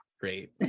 Great